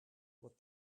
what